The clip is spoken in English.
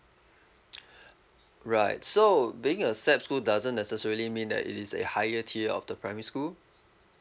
right so being a SAP school doesn't necessarily mean that it is a higher tier of the primary school